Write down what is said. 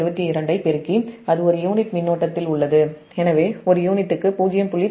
472 ஐ பெருக்கி அது ஒரு யூனிட் மின்னோட்டத்தில் உள்ளது எனவே ஒரு யூனிட்டுக்கு 0